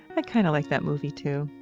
i kind of like that movie, too.